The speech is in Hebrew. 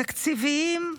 תקציביים,